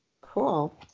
cool